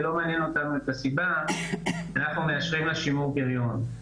ולא מעניינת אותנו הסיבה אנחנו מאשרים לה שימור פריון.